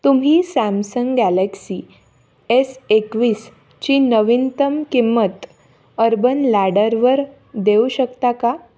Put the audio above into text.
तुम्ही Samsung Galaxy S एकवीसची नवीनतम किंमत अर्बन लॅडरवर देऊ शकता का